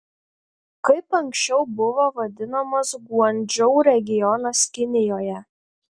kaip anksčiau buvo vadinamas guangdžou regionas kinijoje